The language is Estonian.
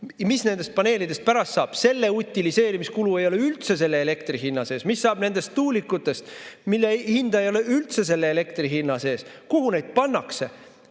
Mis nendest paneelidest pärast saab? Nende utiliseerimise kulu ei ole üldse selle elektri hinna sees. Mis saab nendest tuulikutest, mille hinda ei ole üldse selle elektri hinna sees? Kuhu need pannakse?